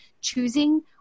choosing